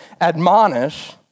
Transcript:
admonish